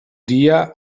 dia